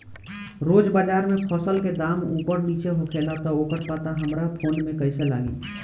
रोज़ बाज़ार मे फसल के दाम ऊपर नीचे होखेला त ओकर पता हमरा फोन मे कैसे लागी?